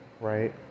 right